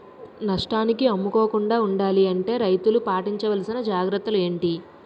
నష్టానికి అమ్ముకోకుండా ఉండాలి అంటే రైతులు పాటించవలిసిన జాగ్రత్తలు ఏంటి